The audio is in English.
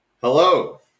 hello